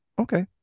okay